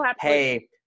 hey